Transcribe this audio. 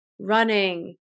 running